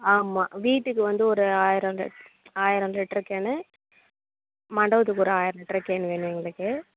ஆமாம் வீட்டுக்கு வந்து ஒரு ஆயிரம் லிட் ஆயிரம் லிட்ரு கேனு மண்டபத்துக்கு ஒரு ஆயிரம் லிட்ரு கேனு வேணும் எங்களுக்கு